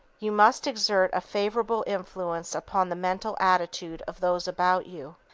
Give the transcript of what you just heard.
you must exert a favorable influence upon the mental attitude of those about you.